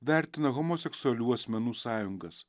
vertina homoseksualių asmenų sąjungas